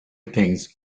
things